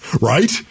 Right